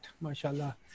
mashallah